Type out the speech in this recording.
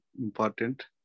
important